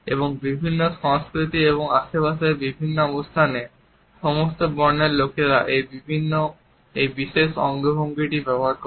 এবং বিভিন্ন সংস্কৃতি এবং আশেপাশের বিভিন্ন অবস্থানে সমস্ত বর্ণের লোকেরা এই বিশেষ অঙ্গভঙ্গিটি ব্যবহার করে